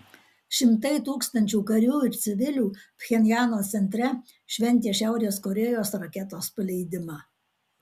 šimtai tūkstančių karių ir civilių pchenjano centre šventė šiaurės korėjos raketos paleidimą